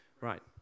Right